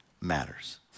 matters